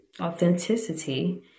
authenticity